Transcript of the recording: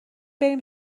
بریم